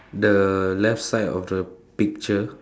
the left side of the picture